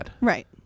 Right